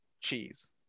cheese